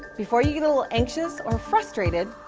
before you get a little anxious or frustrated,